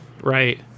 right